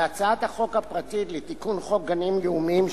בהצעת החוק הפרטית לתיקון חוק גנים לאומיים,